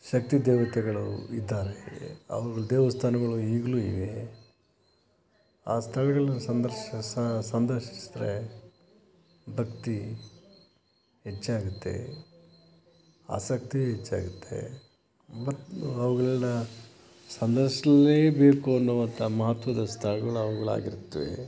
ಶಕ್ತಿ ದೇವತೆಗಳು ಇದ್ದಾರೆ ಅವ್ರ ದೇವಸ್ಥಾನಗಳು ಈಗಲೂ ಇವೆ ಆ ಸ್ಥಳಗಳನ್ನ ಸಂದರ್ಶಿಸ ಸಂದರ್ಶಿಸಿದರೆ ಭಕ್ತಿ ಹೆಚ್ಚಾಗುತ್ತೆ ಆಸಕ್ತಿ ಹೆಚ್ಚಾಗುತ್ತೆ ಮತ್ತು ಅವುಗಳ್ನ ಸಂದರ್ಶಿಸ್ಲೇ ಬೇಕು ಅನ್ನುವಂಥ ಮಹತ್ವದ ಸ್ಥಳಗಳು ಅವುಗಳು ಆಗಿರ್ತವೇ